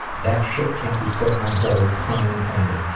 that shit can't be put on hold, pun intended.